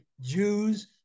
Jews